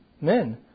men